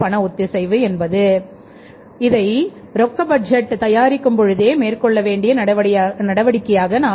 பண ஒத்திசைவு என்பது ரொக்க பட்ஜெட் தயாரிக்கும் பொழுதே மேற்கொள்ளவேண்டிய நடவடிக்கையாகும்